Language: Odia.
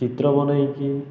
ଚିତ୍ର ବନେଇକି